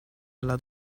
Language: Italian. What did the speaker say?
alla